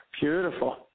Beautiful